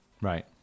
right